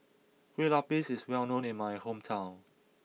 Kue Lupis is well known in my hometown